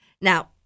Now